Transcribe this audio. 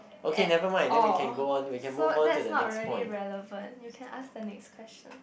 at all so that's not really relevant you can ask the next question